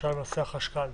למשל נושא החשכ"ל.